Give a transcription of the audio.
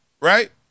right